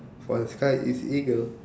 for the sky is eagle